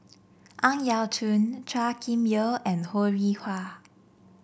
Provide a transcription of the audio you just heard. Ang Yau Choon Chua Kim Yeow and Ho Rih Hwa